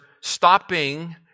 stopping